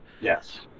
yes